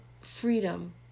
freedom